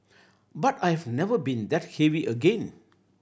but I have never been that heavy again